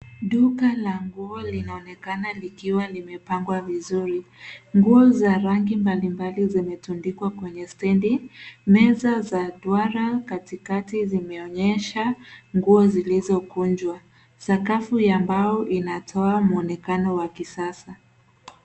Duka la nguo linaonekana likiwa limepangwa vizuri, nguo za rangi mbalimbali zenye zilizotundikwa kwenye standi, meza za duara katikati zimeonyesha nguo zilizokunjwa, sakafu ya ambao inatoa mwonekano ya kisasa